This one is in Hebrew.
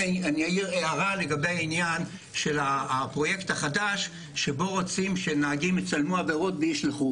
לגבי הפרויקט החדש שבו רוצים שנהגים יצלמו עבירות וישלחו